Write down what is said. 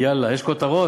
יאללה, יש כותרות?